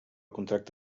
contracte